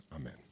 amen